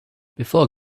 before